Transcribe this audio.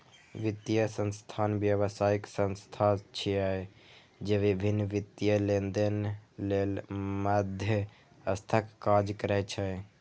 वित्तीय संस्थान व्यावसायिक संस्था छिय, जे विभिन्न वित्तीय लेनदेन लेल मध्यस्थक काज करै छै